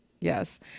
Yes